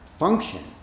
function